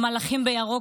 המלאכים בירוק,